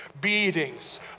beatings